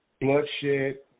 bloodshed